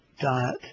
diet